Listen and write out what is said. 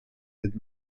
did